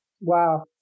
Wow